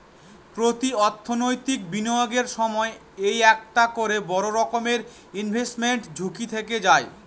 প্রতি অর্থনৈতিক বিনিয়োগের সময় এই একটা করে বড়ো রকমের ইনভেস্টমেন্ট ঝুঁকি থেকে যায়